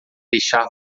deixar